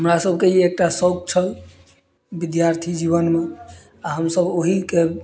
हमरा सबके ई एकटा शौक छल विद्यार्थी जीवनमे आ हमसब ओहिके